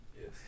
Yes